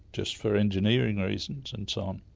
just for engineering reasons and so on.